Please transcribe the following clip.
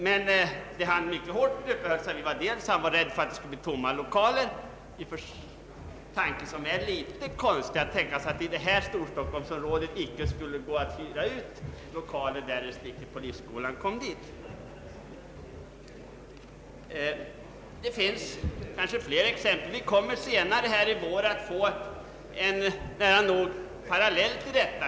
Han uppehöll sig också vid att han var rädd för att lokaler skulle få stå tomma, en tanke som är litet konstig. Kan man tänka sig att det i Stockholmsområdet icke skulle gå att hyra ut dessa lokaler, därest polisskolan inte flyttar in i dem? Senare i vår kommer vi att få uppleva en parallell till detta.